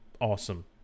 awesome